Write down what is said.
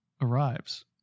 arrives